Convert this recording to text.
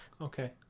Okay